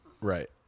Right